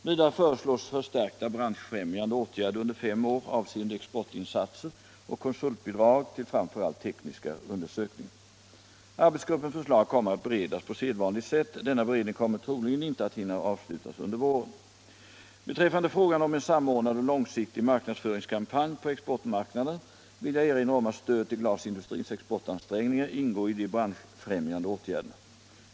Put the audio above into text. Vidare föreslås förstärkta branschfrämjande åtgärder under fem år, avseende exportinsatser och konsultbidrag till framför allt tekniska undersökningar. Arbetsgruppens förslag kommer att be redas på sedvanligt sätt. Denna beredning kommer troligen inte att hinna avslutas under våren. Beträffande frågan om en samordnad och långsiktig marknadsföringskampanj på exportmarknaderna vill jag erinra om att stöd till glasindustrins exportansträngningar ingår i de branschfrämjande åtgärderna.